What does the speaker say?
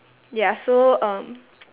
ya so um